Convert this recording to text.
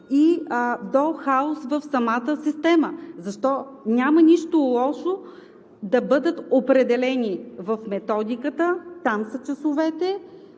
и до хаос в самата система. Няма нищо лошо да бъдат определени в Методиката – там са часовете.